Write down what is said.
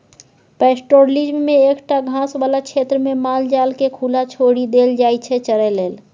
pastoralism मे एकटा घास बला क्षेत्रमे माल जालकेँ खुला छोरि देल जाइ छै चरय लेल